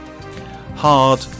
hard